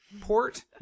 port